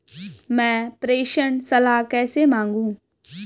मैं प्रेषण सलाह कैसे मांगूं?